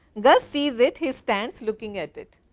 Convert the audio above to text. gus sees it he stands looking at it.